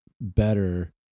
better